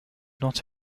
not